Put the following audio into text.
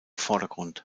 vordergrund